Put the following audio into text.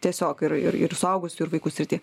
tiesiog ir ir ir suaugusių ir vaikų srity